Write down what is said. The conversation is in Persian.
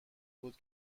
بود